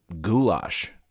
goulash